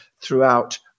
throughout